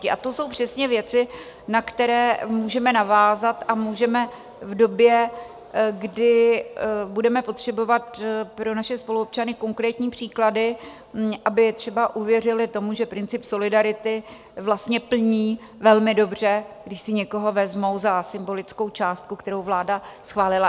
A to jsou přesně věci, na které můžeme navázat v době, kdy budeme potřebovat pro naše spoluobčany konkrétní příklady, aby třeba uvěřili tomu, že princip solidarity vlastně plní velmi dobře, když si někoho vezmou za symbolickou částku, kterou vláda schválila.